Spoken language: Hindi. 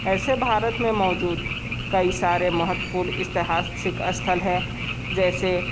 ऐसे भारत में मौजूद कई सारे महत्वपूर्ण ऐतिहासिक स्थल है जैसे